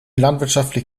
landwirtschaftlich